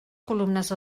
columnes